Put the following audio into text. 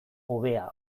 hobea